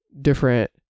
different